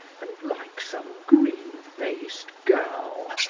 and, like some green-faced girl,